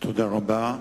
תודה רבה,